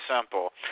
simple